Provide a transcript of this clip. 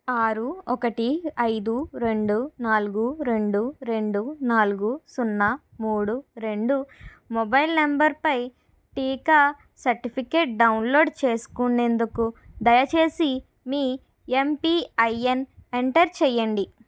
ఆరు ఒకటి ఐదు రెండు నాలుగు రెండు రెండు నాలుగు సున్నా మూడు రెండు మొబైల్ నంబరుపై టీకా సర్టిఫికేట్ డౌన్లోడ్ చేసుకునేందుకు దయచేసి మీ ఎమ్పిఐఎన్ ఎంటర్ చెయ్యండి